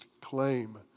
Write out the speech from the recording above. claim